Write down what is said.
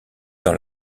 dans